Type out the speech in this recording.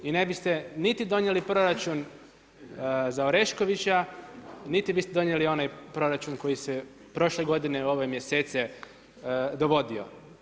I ne biste niti donijeli proračun za Oreškovića, niti biste donijeli onaj proračun koji se prošle godine u ove mjesece dovodio.